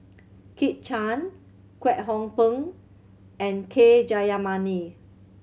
Kit Chan Kwek Hong Png and K Jayamani